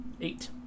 Eight